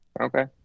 Okay